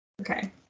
Okay